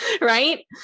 Right